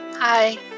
Hi